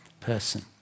person